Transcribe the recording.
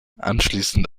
anschließend